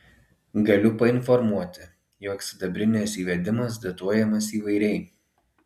galiu painformuoti jog sidabrinės įvedimas datuojamas įvairiai